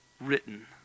written